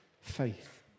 faith